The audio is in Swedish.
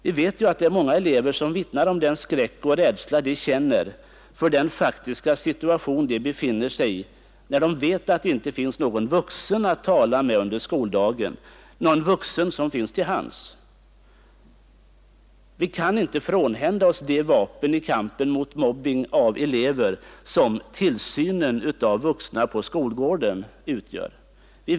Vi vet att många elever vittnar om den skräck och rädsla Fredagen den de känner för den faktiska situation de befinner sig i, när de vet att det 17 mars 1972 inte finns någon vuxen till hands som de kan tala med under skoldagen. Vi kan inte frånhända oss de vapen i kampen mot mobbning av elever som tillsynen av vuxna på skolgården utgör.